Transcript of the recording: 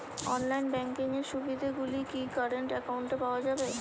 Online banking এর সুবিধে গুলি কি কারেন্ট অ্যাকাউন্টে পাওয়া যাবে?